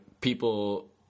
People